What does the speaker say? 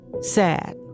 sad